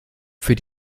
für